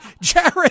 Jared